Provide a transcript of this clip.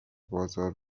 بازار